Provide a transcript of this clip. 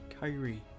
Kyrie